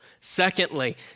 Secondly